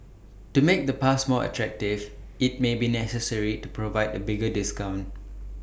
to make the pass more attractive IT may be necessary to provide A bigger discount